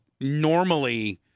normally